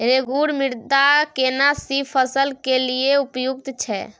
रेगुर मृदा केना सी फसल के लिये उपयुक्त छै?